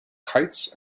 kites